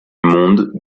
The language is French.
monde